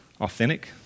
Authentic